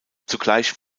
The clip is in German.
zugleich